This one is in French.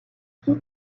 qui